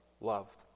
loved